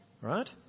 right